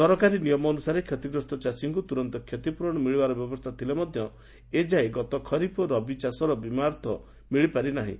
ସରକାରୀ ନିୟମ ଅନୁସାରେ କ୍ଷତିଗ୍ରସ୍ତ ଚାଷୀଙ୍କୁ ତୁରନ୍ତ କ୍ଷତିପୂରଣ ମିଳିବାର ବ୍ୟବସ୍ରା ଥିଲେ ହେଁ ଏଯାଏଁ ଗତ ଖରିଫ ଓ ରବି ଚାଷର ବୀମା ଅର୍ଥ ମିଳିନାହିଁ